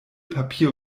papier